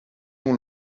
nom